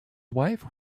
wife